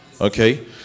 Okay